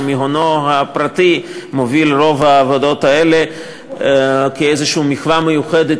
שמעונו הפרטי מוביל את רוב העבודות האלה כאיזו מחווה מיוחדת,